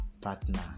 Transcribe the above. partner